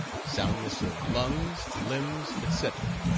soundness of lungs, limbs, etc.